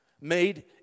made